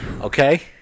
Okay